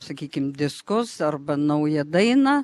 sakykim diskus arba naują dainą